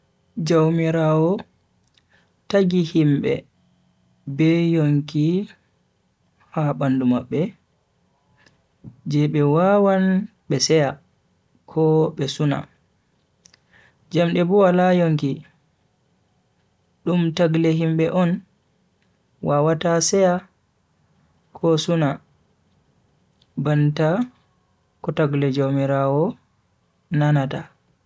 Juamiraawo tagi himbe be yonki ha bandu mabbe je be wawan be seya ko be suna. jamde bo wala yonki dum tagle himbe on wawata seya ko suna banta ko tagle jaumiraawo nanata.